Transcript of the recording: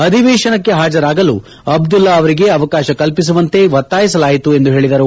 ಅಧಿವೇಶನಕ್ಕೆ ಹಾಜರಾಗಲು ಅಬ್ದುಲ್ಲಾ ಅವರಿಗೆ ಅವಕಾಶ ಕಲ್ಪಿಸುವಂತೆ ಒತ್ತಾಯಿಸಲಾಯಿತು ಎಂದು ಹೇಳಿದ್ದಾರೆ